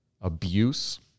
abuse